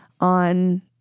on